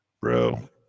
bro